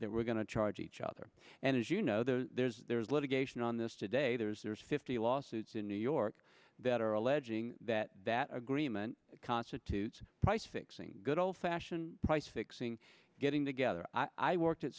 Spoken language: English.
that we're going to charge each other and as you know there's there's litigation on this today there's there's fifty lawsuits in new york that are alleging that that agreement constitutes price fixing good old fashioned price fixing getting together i worked at